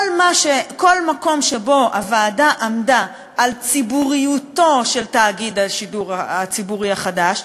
כל מקום שבו הוועדה עמדה על ציבוריותו של תאגיד השידור הציבורי החדש,